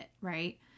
right